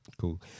Cool